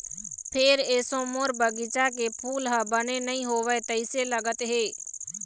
फेर एसो मोर बगिचा के फूल ह बने नइ होवय तइसे लगत हे